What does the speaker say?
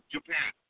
Japan